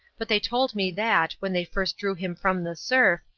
but they told me that, when they first drew him from the surf,